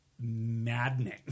maddening